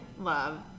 love